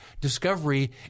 discovery